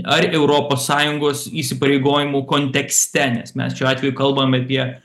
ar europos sąjungos įsipareigojimų kontekste nes mes šiuo atveju kalbam apie